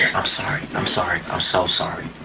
i'm sorry. i'm sorry, i'm so sorry.